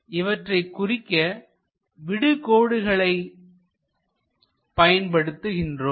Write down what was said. இவற்றை குறிக்க விடு கோடுகளை பயன்படுத்துகிறோம்